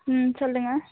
ம் சொல்லுங்க